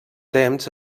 temps